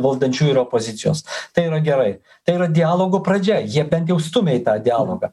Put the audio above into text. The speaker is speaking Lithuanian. valdančių ir opozicijos tai yra gerai tai yra dialogo pradžia jie bent jau stumia į tą dialogą